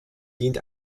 dient